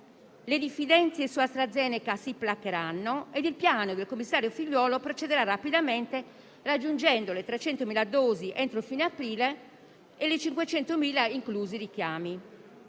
le diffidenze su Astrazeneca si placheranno e se il piano del commissario Figliuolo procederà rapidamente raggiungendo le 300.000 dosi entro fine aprile e le 500.000 inclusi i richiami.